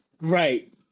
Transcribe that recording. right